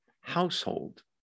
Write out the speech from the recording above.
household